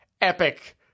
epic